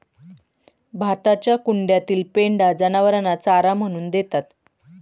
भाताच्या कुंड्यातील पेंढा जनावरांना चारा म्हणून देतात